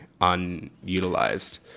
unutilized